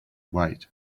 wait